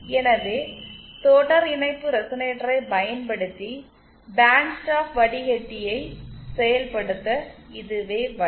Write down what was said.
எனவே தொடர் இணைப்பு ரெசனேட்டரைப் பயன்படுத்தி பேண்ட் ஸ்டாப் வடிகட்டியை செயல்படுத்த இதுவே வழி